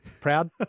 proud